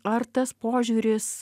ar tas požiūris